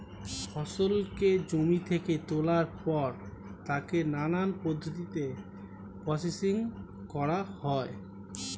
ফসলকে জমি থেকে তোলার পর তাকে নানান পদ্ধতিতে প্রসেসিং করা হয়